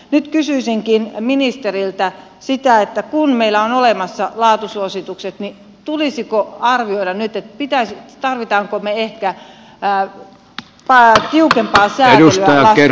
nyt kysyisinkin ministeriltä sitä kun meillä on olemassa laatusuositukset tulisiko arvioida nyt tarvitsemmeko me ehkä tiukempaa säätelyä lastensuojeluun